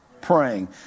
praying